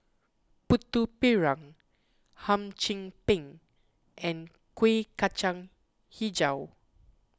Putu Piring Hum Chim Peng and Kuih Kacang HiJau